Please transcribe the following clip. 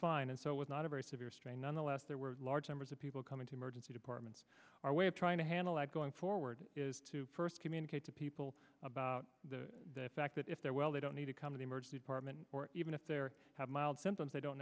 fine and so with not a very severe strain nonetheless there were large numbers of people coming to emergency departments our way of trying to handle that going forward is to purse communicate to people about the fact that if they're well they don't need to come to the emergency department or even if there have mild symptoms they don't